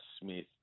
Smith